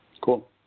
Cool